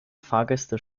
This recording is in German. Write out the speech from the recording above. fahrgäste